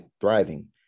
thriving